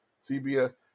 CBS